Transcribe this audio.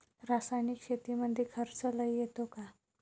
रासायनिक शेतीमंदी खर्च लई येतो का?